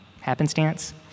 happenstance